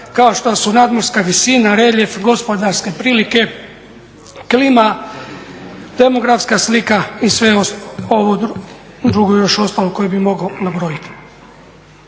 kao što su nadmorska visina, reljef, gospodarske prilike, klima, demografska slika i sve ovo drugo još ostalo koje bih mogao nabrojiti.